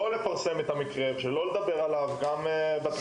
נפרסם את המקרה ושלא נדבר עליו בתקשורת.